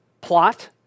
plot